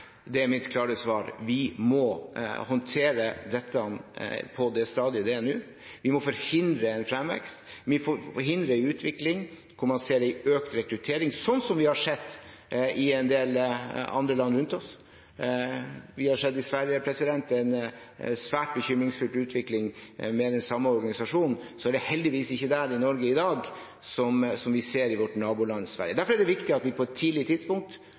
Det er mitt klare svar. Vi må håndtere dette på det stadiet det er nå. Vi må forhindre fremvekst. Vi må forhindre en utvikling hvor man ser en økt rekruttering, slik som vi har sett i en del andre land rundt oss. Vi har sett i Sverige en svært bekymringsfull utvikling med den samme organisasjonen. Så er det heldigvis ikke slik i Norge i dag som vi ser i vårt naboland Sverige. Derfor er det viktig at vi på et tidlig tidspunkt